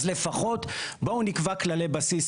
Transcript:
אז לפחות, בואו נקבע כללי בסיס.